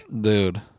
Dude